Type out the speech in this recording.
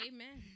Amen